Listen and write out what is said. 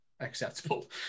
acceptable